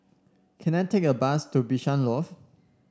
can I take a bus to Bishan Loft